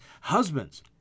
Husbands